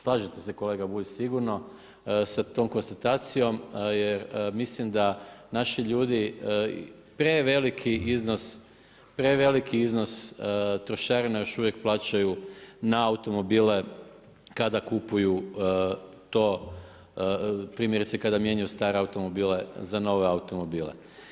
Slažete se kolega Bulj sigurno sa tom konstatacijom jer mislim da naši ljudi preveliki iznos trošarina još uvijek plaćaju na automobile kada kupuju to primjerice kada mijenjaju stare automobile za nove automobile.